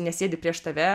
nesėdi prieš tave